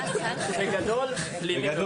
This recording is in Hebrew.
מה?